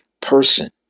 person